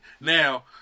Now